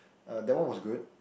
uh that one was good